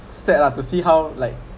sad lah to see how like